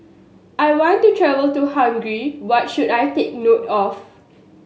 I want to travel to Hungary what should I take note of